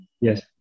Yes